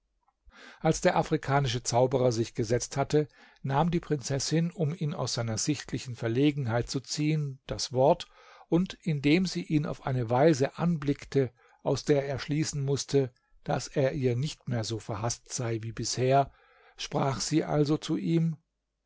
als der afrikanische zauberer sich gesetzt hatte nahm die prinzessin um ihn aus seiner sichtlichen verlegenheit zu ziehen das wort und indem sie ihn auf eine weise anblickte aus der er schließen mußte daß er ihr nicht mehr so verhaßt sei wie bisher sprach sie also zu ihm